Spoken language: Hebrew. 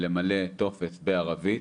למלא טופס בערבית,